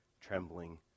trembling